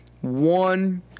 One